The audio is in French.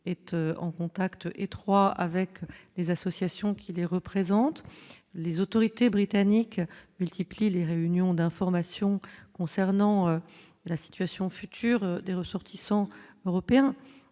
être en contact étroit avec les associations qui les représentent, les autorités britanniques multiplient les réunions d'information concernant la situation future des ressortissants européens